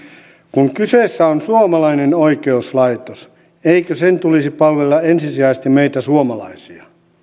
kun kyseessä on suomalainen oikeuslaitos eikö sen tulisi palvella ensisijaisesti meitä suomalaisia